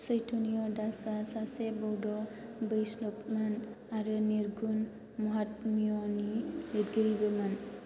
चैतन्य' दासआ सासे बौध' वैष्णबमोन आरो निर्गुण महात्मिय'नि लिरगिरिबोमोन